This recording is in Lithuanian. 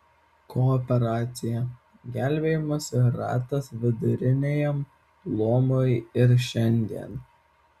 kooperacija gelbėjimosi ratas viduriniajam luomui ir šiandien